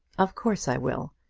of course i will.